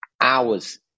hours